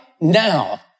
now